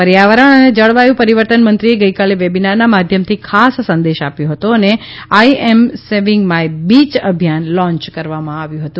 પર્યાવરણ અને જળવાયુ પરીવર્તન મંત્રીએ ગઇકાલે વેબીનારના માધ્યમથી ખાસ સંદેશ આપ્યો હતો અને I am saving my bee અભિયાન લોન્ય કરવામાં આવ્યું હતું